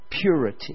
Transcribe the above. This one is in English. purity